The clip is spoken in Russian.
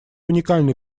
уникальный